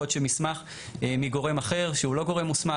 יכול להיות שמסמך מגורם אחר שהוא לא גורם מוסמך.